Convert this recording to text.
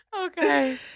Okay